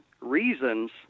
reasons